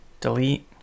delete